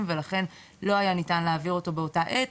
ולכן לא היה ניתן להעביר אותו באותה עת.